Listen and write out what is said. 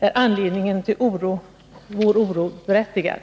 Är anledningen till vår oro berättigad?